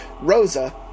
Rosa